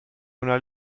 una